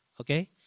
okay